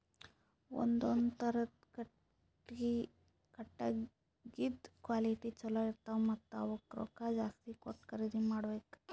ಒಂದೊಂದ್ ಥರದ್ ಕಟ್ಟಗಿದ್ ಕ್ವಾಲಿಟಿ ಚಲೋ ಇರ್ತವ್ ಮತ್ತ್ ಅವಕ್ಕ್ ರೊಕ್ಕಾ ಜಾಸ್ತಿ ಕೊಟ್ಟ್ ಖರೀದಿ ಮಾಡಬೆಕ್